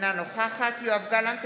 אינה נוכחת יואב גלנט,